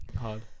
hard